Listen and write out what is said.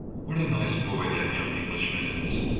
what a nice boy that young englishman is.